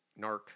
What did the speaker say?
Narc